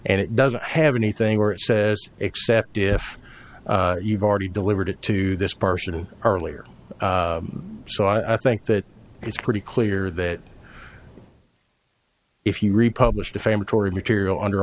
and it doesn't have anything where it says except if you've already delivered it to this person earlier so i think that it's pretty clear that if you re publish defamatory material under